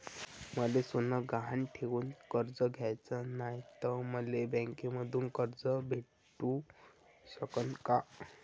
मले सोनं गहान ठेवून कर्ज घ्याचं नाय, त मले बँकेमधून कर्ज भेटू शकन का?